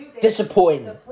Disappointing